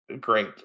great